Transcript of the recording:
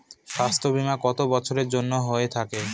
স্বাস্থ্যবীমা কত বছরের জন্য হয়ে থাকে?